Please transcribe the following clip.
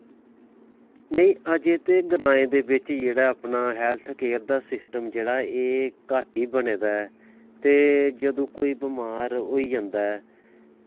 नेईं अजें ते ग्राएं दे बिच्च जेह्ड़ा अपना हैल्थ केयर दा सिस्टम जेह्ड़ा एह् घट्ट ई बने दा ते जदूं कोई बमार होई जंदा ऐ